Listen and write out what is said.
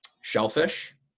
Shellfish